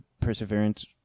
perseverance